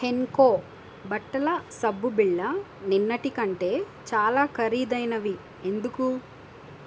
హెన్కో బట్టల సబ్బు బిళ్ళ నిన్నటి కంటే చాలా ఖరీదైనవి ఎందుకు